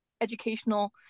educational